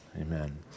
Amen